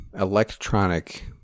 electronic